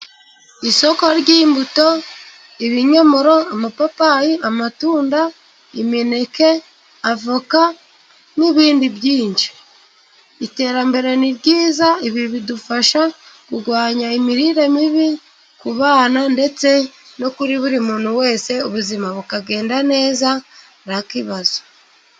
Isoko ry'imbuto ibinyomoro, amapapayi, amatunda, imineke, avoka, n'ibindi byinshi. Iterambere ni ryiza ibi bidufasha kurwanya imirire mibi ku bana, ndetse no kuri buri muntu wese ubuzima bukagenda neza nta kibazo.